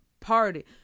Party